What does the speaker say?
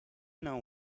know